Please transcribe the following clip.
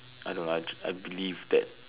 I don't know I I just believe that